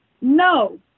no